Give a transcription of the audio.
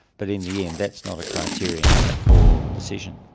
but in the end that's not a criterion for decision.